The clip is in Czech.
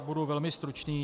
Budu velmi stručný.